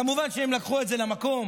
כמובן שהם לקחו את זה למקום